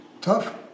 tough